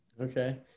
Okay